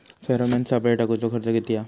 Pheromone सापळे टाकूचो खर्च किती हा?